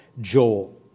Joel